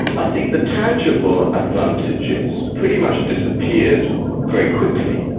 i think the tangible advantages pretty much disappeared very quickly.